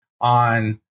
on